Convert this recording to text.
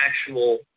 actual